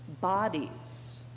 bodies